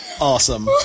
Awesome